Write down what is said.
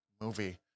movie